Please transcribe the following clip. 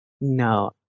No